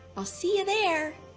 i'll see you there.